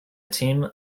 team